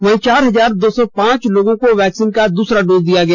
वहीं चार हजार दो सौ पांच लोगों को वैक्सीन का दूसरा डोज दिया गया